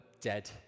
dead